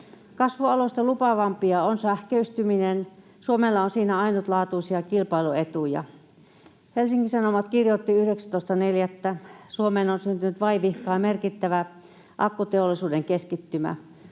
Kasvualoista lupaavimpia on sähköistyminen — Suomella on siinä ainutlaatuisia kilpailuetuja. Helsingin Sanomat kirjoitti 19.4: ”Suomeen on syntynyt vaivihkaa merkittävä akkuteollisuuden keskittymä: